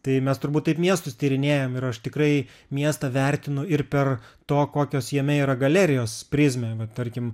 tai mes turbūt taip miestus tyrinėjam ir aš tikrai miestą vertinu ir per to kokios jame yra galerijos prizmę va tarkim